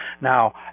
Now